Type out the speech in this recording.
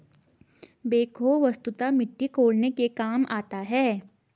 backhoe वस्तुतः मिट्टी कोड़ने के काम आता है